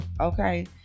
okay